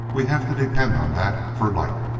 we have to depend on that for light.